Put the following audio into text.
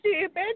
stupid